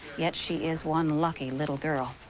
yet, she is one lucky little girl.